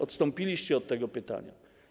Odstąpiliście od tego pytania.